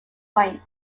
point